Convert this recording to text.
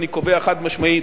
אני קובע חד-משמעית,